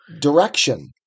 direction